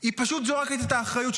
היא פשוט זורקת את האחריות,